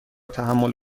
تحمل